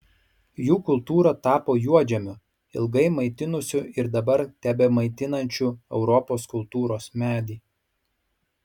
jų kultūra tapo juodžemiu ilgai maitinusiu ir dabar tebemaitinančiu europos kultūros medį